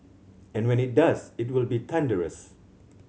and when it does it will be thunderous